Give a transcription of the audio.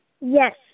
Yes